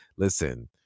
listen